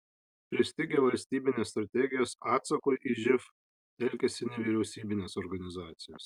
pristigę valstybinės strategijos atsakui į živ telkiasi nevyriausybinės organizacijos